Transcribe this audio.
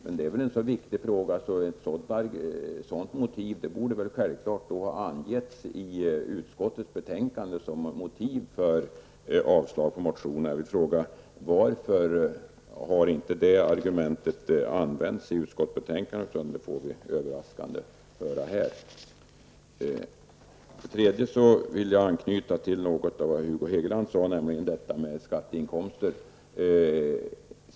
Men den här frågan är väl så viktig att ett sådant argument borde ha funnits med i utskottets betänkande som motiv för ett avslag på motionen. Varför återfinns alltså inte detta argument i utskottsbetänkandet? Varför får vi, helt överraskande, höra det här? Sedan vill jag anknyta till det som Hugo Hegeland sade om skatteinkomster.